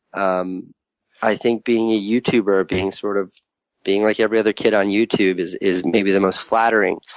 um i think being a youtuber, being sort of being like every other kid on youtube is is maybe the most flattering